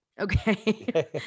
Okay